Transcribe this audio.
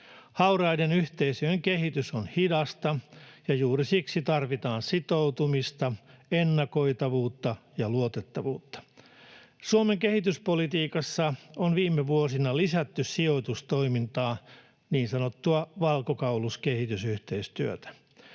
Hauraiden yhteisöjen kehitys on hidasta, ja juuri siksi tarvitaan sitoutumista, ennakoitavuutta ja luotettavuutta. Suomen kehityspolitiikassa on viime vuosina lisätty sijoitustoimintaa, niin sanottua valkokauluskehitysyhteistyötä.